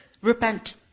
repent